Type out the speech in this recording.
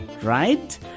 Right